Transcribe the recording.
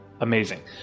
amazing